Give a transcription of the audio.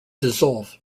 dissolve